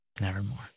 Nevermore